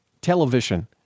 television